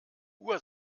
uhr